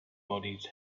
bodies